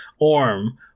Orm